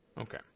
Okay